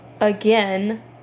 again